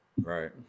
Right